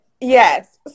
yes